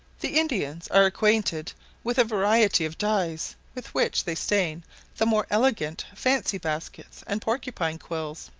the indians are acquainted with a variety of dyes, with which they stain the more elegant fancy-baskets and porcupine-quills.